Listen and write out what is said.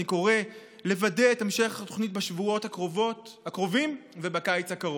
אני קורא לוודא את המשך התוכנית בשבועות הקרובים ובקיץ הקרוב.